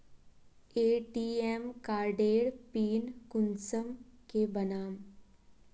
ATM कार्डेर PIN कुंसम के बनाम?